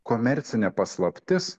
komercinė paslaptis